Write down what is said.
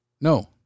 No